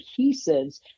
adhesives